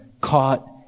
caught